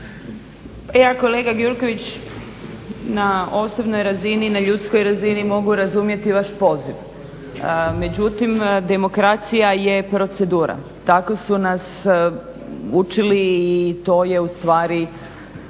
Ja kolega Gjurković na osobnoj razini i na ljudskoj razini mogu razumjeti vaš poziv, međutim demokracija je procedura. Tako su nas učili i to je ustvari